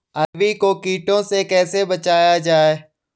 अरबी को कीटों से कैसे बचाया जाए?